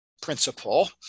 principle